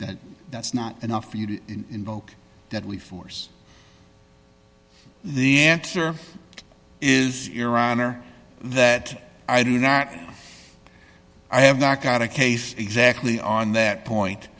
that that's not enough for you to invoke deadly force the answer is iran or that i do not i have not got a case exactly on that point